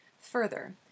Further